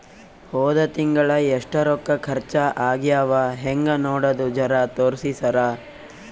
ಹೊದ ತಿಂಗಳ ಎಷ್ಟ ರೊಕ್ಕ ಖರ್ಚಾ ಆಗ್ಯಾವ ಹೆಂಗ ನೋಡದು ಜರಾ ತೋರ್ಸಿ ಸರಾ?